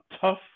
tough